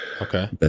Okay